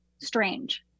strange